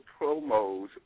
promos